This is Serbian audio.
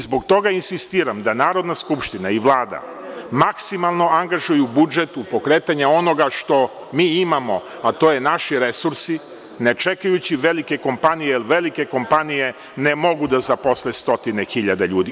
Zbog toga insistiram da Narodna skupština i Vlada maksimalno angažuju budžet u pokretanje onoga što mi imamo, a to su naši resursi, ne čekajući velike kompanije, jer velike kompanije ne mogu da zaposle stotine hiljada ljudi.